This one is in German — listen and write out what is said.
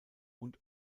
und